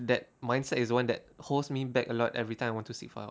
that mindset is the one that holds me back a lot everytime want to seek for help